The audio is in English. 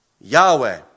Yahweh